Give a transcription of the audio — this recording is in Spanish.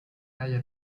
halla